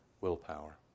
willpower